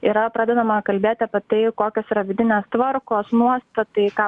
yra pradedama kalbėti apie tai kokios yra vidinės tvarkos nuostatai ką